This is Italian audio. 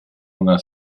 una